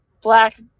black